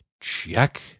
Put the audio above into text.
check